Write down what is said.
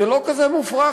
זה לא כזה מופרך,